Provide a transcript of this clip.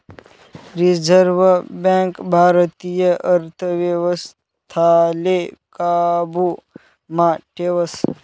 reserve Bank भारतीय अर्थव्यवस्थाले काबू मा ठेवस